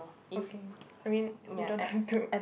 okay I mean we don't have to